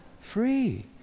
free